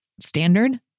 standard